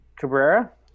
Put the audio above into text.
Cabrera